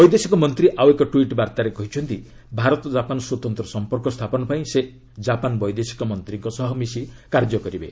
ବୈଦେଶିକ ମନ୍ତ୍ରୀ ଆଉ ଏକ ଟ୍ୱିଟ୍ ବାର୍ତ୍ତାରେ କହିଛନ୍ତି ଭାରତ ଜାପାନ ସ୍ୱତନ୍ତ୍ର ସମ୍ପର୍କ ସ୍ଥାପନ ପାଇଁ ସେ ଜାପାନ୍ ବୈଦେଶିକ ମନ୍ତ୍ରୀଙ୍କ ସହ ମିଶି କାର୍ଯ୍ୟ କରିବେ